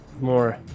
more